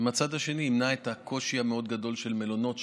ומצד שני הוא ימנע את הקושי המאוד-גדול של מלונות,